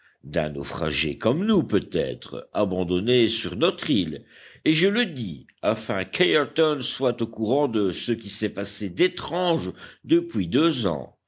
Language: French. d'un naufragé comme nous peut-être abandonné sur notre île et je le dis afin qu'ayrton soit au courant de ce qui s'est passé d'étrange depuis deux ans